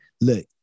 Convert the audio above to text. look